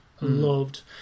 loved